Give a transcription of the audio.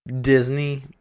Disney